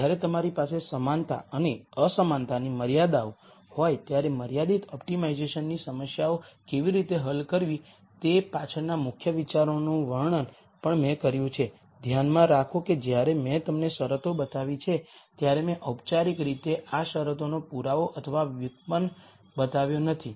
જ્યારે તમારી પાસે સમાનતા અને અસમાનતાની મર્યાદાઓ હોય ત્યારે મર્યાદિત ઓપ્ટિમાઇઝેશનની સમસ્યાઓ કેવી રીતે હલ કરવી તે પાછળના મુખ્ય વિચારોનું વર્ણન પણ મેં કર્યું છે ધ્યાનમાં રાખો કે જ્યારે મેં તમને શરતો બતાવી છે ત્યારે મેં ઔપચારિક રીતે આ શરતોનો પુરાવો અથવા વ્યુત્પન્ન બતાવ્યો નથી